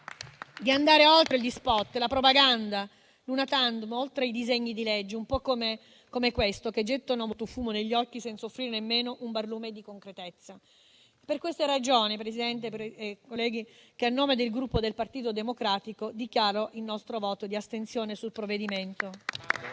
di andare oltre gli *spot*, la propaganda, l'*una tantum*, oltre ai disegni di legge un po' come questo, che gettano molto fumo negli occhi senza offrire nemmeno un barlume di concretezza. Per queste ragioni, signora Presidente e colleghi, a nome del Gruppo del Partito Democratico, dichiaro il nostro voto di astensione sul provvedimento.